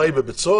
מה, היא בבית סוהר?